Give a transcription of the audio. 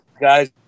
guys